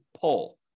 pull